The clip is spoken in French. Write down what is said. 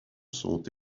sont